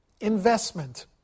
Investment